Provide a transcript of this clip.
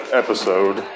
episode